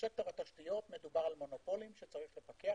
בסקטור התשתיות מדובר במונופולים שצריך לפקח